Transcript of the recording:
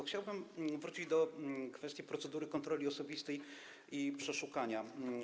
Chciałbym wrócić do kwestii procedury kontroli osobistej i przeszukania.